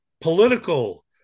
political